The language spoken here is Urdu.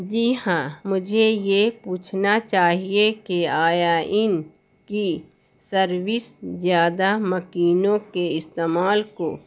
جی ہاں مجھے یہ پوچھنا چاہیے کہ آیا ان کی سروس زیادہ مکینوں کے استعمال کو